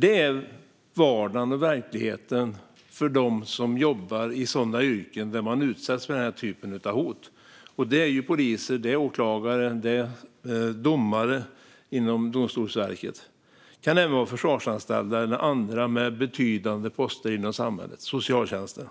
Det här är vardagen och verkligheten för dem som jobbar i yrken där man utsätts för den typen av hot. Det är fråga om poliser, åklagare och domare inom Domstolsverket. Det kan även vara försvarsanställda, andra med betydande poster inom samhället eller inom till exempel socialtjänsterna.